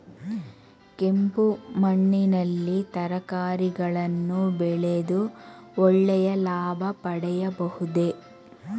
ಕೆಂಪು ಮಣ್ಣಿನಲ್ಲಿ ತರಕಾರಿಗಳನ್ನು ಬೆಳೆದು ಒಳ್ಳೆಯ ಲಾಭ ಪಡೆಯಬಹುದೇ?